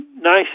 nice